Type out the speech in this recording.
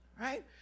Right